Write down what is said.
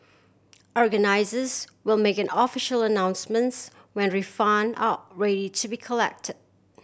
organisers will make an official announcements when refund are ready to be collect